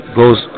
goes